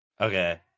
Okay